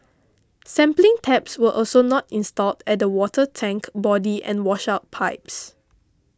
sampling taps were also not installed at the water tank body and washout pipes